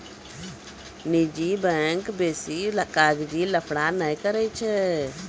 निजी बैंक बेसी कागजी लफड़ा नै करै छै